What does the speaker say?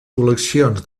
col·leccions